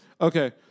okay